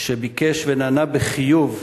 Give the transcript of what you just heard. שביקש ונענה בחיוב,